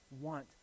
want